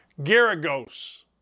Garagos